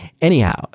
Anyhow